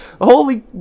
Holy